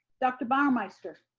dr. bauermeister.